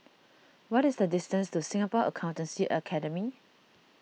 what is the distance to Singapore Accountancy Academy